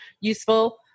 useful